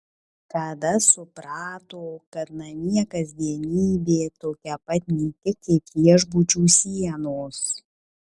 kada suprato kad namie kasdienybė tokia pat nyki kaip viešbučių sienos